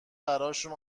براشون